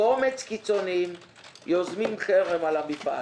קומץ קיצונים יוזמים חרם על המפעל.